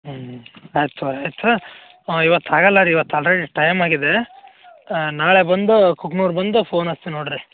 ಹ್ಞೂ ಆಯ್ತು ತೊಗೊಳ್ರಿ ಆಯಿತು ಇವತ್ತು ಆಗಲ್ಲ ರೀ ಇವತ್ತು ಆಲ್ರೇಡಿ ಟೈಮ್ ಆಗಿದೆ ನಾಳೆ ಬಂದು ಕುಗ್ನೂರ್ ಬಂದು ಫೋನ್ ಹಚ್ಚಿ ನೋಡಿ ರೀ